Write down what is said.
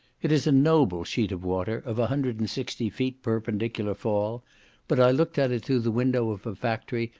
it is a noble sheet of water, of a hundred and sixty feet perpendicular fall but i looked at it through the window of a factory,